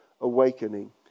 awakening